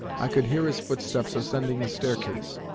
i could hear his footsteps ascending the staircase,